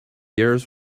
years